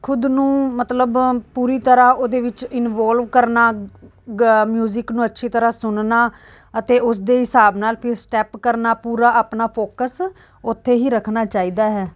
ਖੁਦ ਨੂੰ ਮਤਲਬ ਪੂਰੀ ਤਰ੍ਹਾਂ ਉਹਦੇ ਵਿੱਚ ਇਨਵੋਲਵ ਕਰਨਾ ਗ ਮਿਊਜਿਕ ਨੂੰ ਅੱਛੀ ਤਰ੍ਹਾਂ ਸੁਣਨਾ ਅਤੇ ਉਸਦੇ ਹਿਸਾਬ ਨਾਲ ਫਿਰ ਸਟੈਪ ਕਰਨਾ ਪੂਰਾ ਆਪਣਾ ਫੋਕਸ ਉੱਥੇ ਹੀ ਰੱਖਣਾ ਚਾਹੀਦਾ ਹੈ